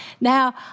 now